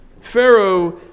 Pharaoh